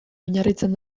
oinarritzen